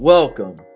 Welcome